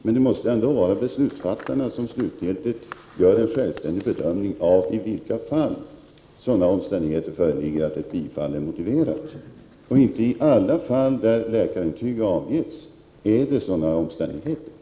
Men det måste ändå vara beslutsfattarna som slutgiltigt gör en självständig bedömning av i vilka fall sådana omständigheter föreligger att ett bifall är motiverat. Sådana omständigheter föreligger inte i alla de fall där läkarintyg avgetts.